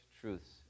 truths